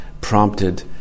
prompted